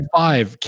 five